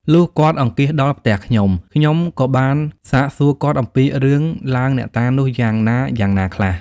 លុះគាត់អង្គាសដល់ផ្ទះខ្ញុំៗ ក៏បានសាកសួរគាត់ អំពីរឿង ឡើងអ្នកតានោះយ៉ាងណាៗខ្លះ?។